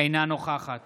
אינה נוכחת